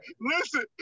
Listen